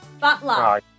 Butler